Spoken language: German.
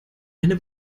eine